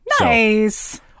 Nice